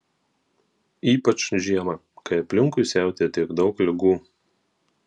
ypač žiemą kai aplinkui siautėja tiek daug ligų